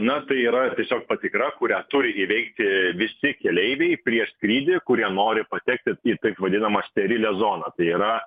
na tai yra tiesiog patikra kurią turi įveikti visi keleiviai prieš skrydį kurie nori patekti į taip vadinamą sterilią zoną tai yra